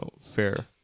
fair